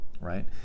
right